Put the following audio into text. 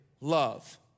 love